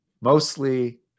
Mostly